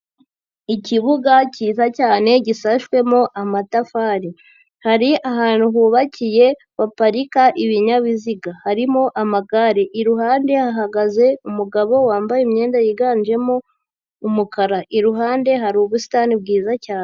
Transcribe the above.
Ikibuga kiza cyane gisashwemo amatafari. Hari ahantu hubakiye baparika ibinyabiziga. Harimo amagare, Iruhande hahagaze umugabo wambaye imyenda yiganjemo umukara. Iruhande hari ubusitani bwiza cyane.